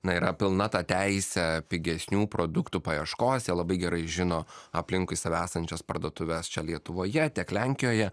na yra pilna ta teisė pigesnių produktų paieškos jie labai gerai žino aplinkui save esančias parduotuves čia lietuvoje tiek lenkijoje